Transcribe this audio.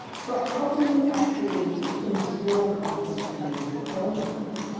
so how can you actually instill confidence in your donor base.